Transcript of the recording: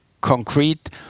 concrete